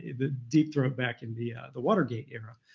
the deep throat back in the ah the watergate era.